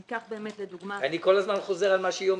ניקח באמת לדוגמה --- אני כל הזמן חוזר על מה שהיא אומרת.